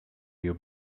you